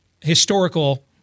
historical